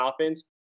offense